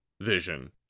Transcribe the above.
vision